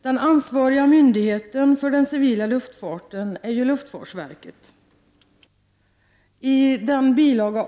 Luftfartsverket är den myndighet som ansvarar för den civila luftfarten. I bil.